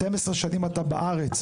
12 שנים אתה בארץ.